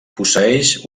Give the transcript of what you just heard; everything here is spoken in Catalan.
posseeix